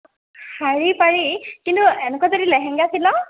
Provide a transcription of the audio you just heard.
শাৰী পাৰি কিন্তু এনেকুৱা যদি লেহেংগা চিলাওঁ